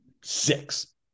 Six